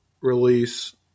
release